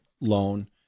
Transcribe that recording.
loan